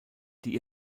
die